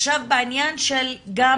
עכשיו, בעניין של גם